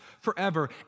forever